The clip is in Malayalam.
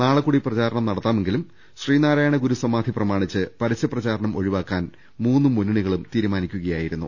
നാളെ കൂടി പ്രചാരണം നടത്താമെങ്കിലും ശ്രീനാരായണ ഗുരു സമാധി പ്രമാണിച്ച് പരസ്യ പ്രചാരണം ഒഴിവാക്കാൻ മൂന്നു മുന്നണികളും തീരുമാനിക്കുകയാ യിരുന്നു